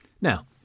Now